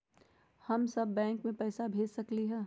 हम सब बैंक में पैसा भेज सकली ह?